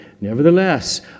Nevertheless